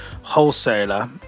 wholesaler